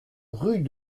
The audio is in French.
rue